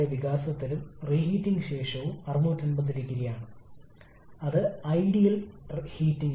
ഇന്റർകൂളിംഗിനൊപ്പം ഈ മൾട്ടിസ്റ്റേജ് കംപ്രഷന്റെ ആശയം അതാണ്